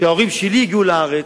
כשההורים שלי הגיעו לארץ,